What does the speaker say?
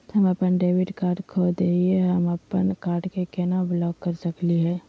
हम अपन debit card खो दे ही, त हम अप्पन कार्ड के केना ब्लॉक कर सकली हे?